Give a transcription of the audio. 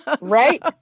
Right